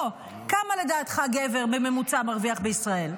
כמה לדעתך גבר מרוויח בממוצע בישראל?